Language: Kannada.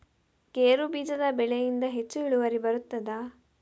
ಗೇರು ಬೀಜದ ಬೆಳೆಯಿಂದ ಹೆಚ್ಚು ಇಳುವರಿ ಬರುತ್ತದಾ?